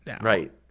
Right